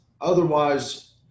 otherwise